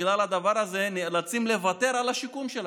שבגלל הדבר הזה נאלצים לוותר על השיקום שלהם.